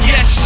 Yes